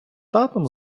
татом